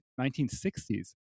1960s